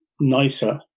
nicer